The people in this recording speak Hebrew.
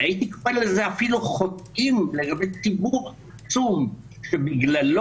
או הייתי קורא לזה אפילו חוטאים לגבי ציבור עצום שבגללו,